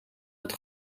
het